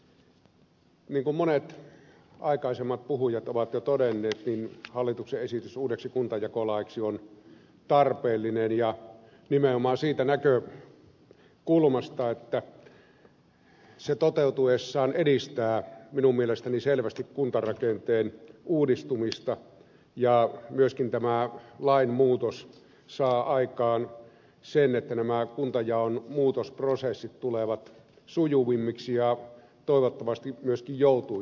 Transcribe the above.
niin kuin monet aikaisemmat puhujat ovat jo todenneet hallituksen esitys uudeksi kuntajakolaiksi on tarpeellinen ja nimenomaan siitä näkökulmasta että se toteutuessaan edistää minun mielestäni selvästi kuntarakenteen uudistumista ja myöskin tämä lainmuutos saa aikaan sen että nämä kuntajaon muutosprosessit tulevat sujuvammiksi ja toivottavasti myöskin joutuisammiksi